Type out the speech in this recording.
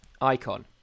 Icon